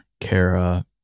Kara